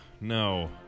No